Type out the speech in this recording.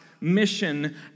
mission